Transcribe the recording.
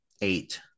eight